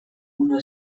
una